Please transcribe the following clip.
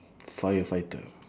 firefighter